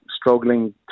struggling